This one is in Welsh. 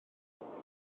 dilynwch